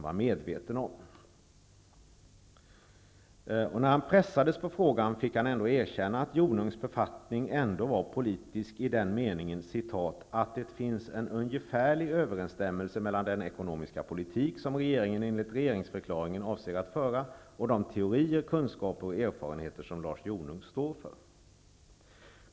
När statsministern pressades på frågan, fick han ändå erkänna att Jonungs befattning var politisk i den meningen ''att det finns en ungefärlig överensstämmelse mellan den ekonomiska politik som regeringen enligt regeringsförklaringen avser att föra och de teorier, kunskaper och erfarenheter som Lars Jonung står för.''